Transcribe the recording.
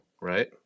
Right